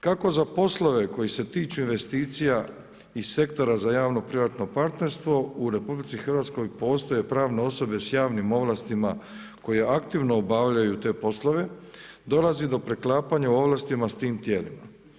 Kako za poslove koji se tiču investicija i sektora za javno privatno partnerstvo u RH postoje pravne osobe s javnim ovlastima koje aktivno obavljaju te poslove, dolazi do preklapanja u ovlastima s tim tijelima.